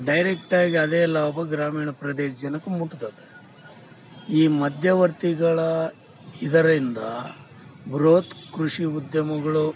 ಡೈರೆಕ್ಟಾಗಿ ಅದೇ ಲಾಭ ಗ್ರಾಮೀಣ ಪ್ರದೇಶ ಜನಕ್ಕೆ ಮುಟ್ತದೆ ಈ ಮಧ್ಯವರ್ತಿಗಳು ಇದರಿಂದ ಬೃಹತ್ ಕೃಷಿ ಉದ್ಯಮಿಗಳು